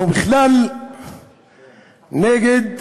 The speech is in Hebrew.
אנחנו בכלל נגד המכינה,